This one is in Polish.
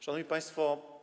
Szanowni Państwo!